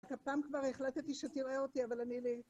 הפעם כבר החלטתי שתראה אותי, אבל אני...